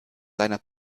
seiner